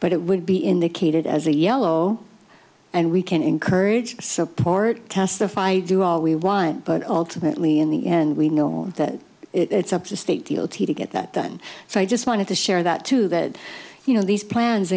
but it would be in the catered as a yellow and we can encourage support testify do all we want but ultimately in the end we know that it's up to state d o t to get that done so i just wanted to share that too that you know these plans